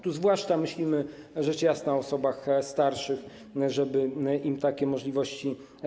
Tu zwłaszcza myślimy rzecz jasna o osobach starszych, żeby zapewnić im takie możliwości.